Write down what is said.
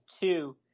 two